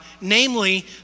namely